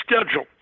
schedule